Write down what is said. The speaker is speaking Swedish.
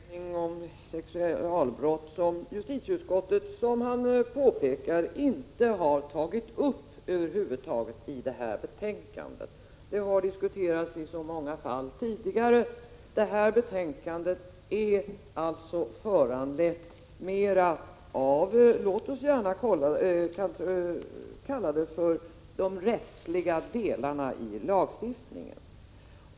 Herr talman! Nu har Jörn Svensson hållit en socialpolitisk utläggning om sexualbrotten, som justitieutskottet, vilket han påpekar, över huvud taget inte har tagit upp i detta betänkande. De har diskuterats så många gånger — Prot. 1986/87:41 tidigare. Detta betänkande är föranlett mer av, låt oss kalla det, de rättsliga 3 december 1986 delarna i lagstiftningen.